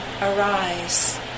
arise